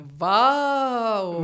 wow